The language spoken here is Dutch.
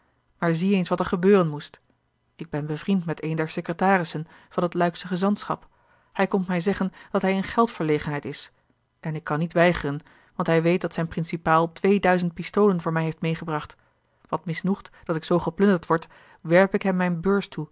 maar zie eens wat er gebeuren moest ik ben bevriend met een der secretarissen van het luiksche gezantschap hij komt mij zeggen dat hij in geldverlegenheid is en ik kan niet weigeren want hij weet dat zijn principaal tweeduizend pistolen voor mij heeft meêgebracht wat misnoegd dat ik zoo geplunderd word werp ik hem mijne beurs toe